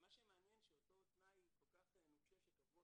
ומה שמעניין שאותו תנאי כל כך נוקשה שקבעו